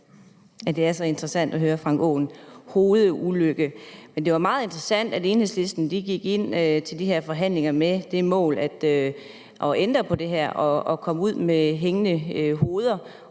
Det er så interessant at høre hr. Frank Aaen sige hovedulykke! Men det er også meget interessant, at Enhedslisten gik ind til de her forhandlinger med det mål at ændre på det og kom ud med hængende hoveder